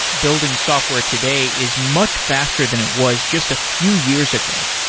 building software today is much faster than it was just a few years ago.